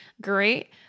Great